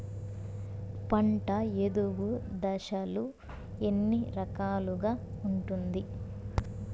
పంట ఎదుగు దశలు ఎన్ని రకాలుగా ఉంటుంది?